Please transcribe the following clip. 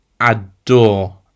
adore